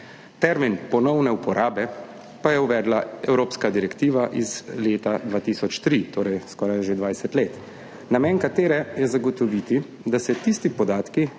termin ponovne uporabe pa je uvedla evropska direktiva iz leta 2003, torej skoraj že 20 let, namen katere je zagotoviti, da se tisti podatki